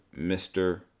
Mr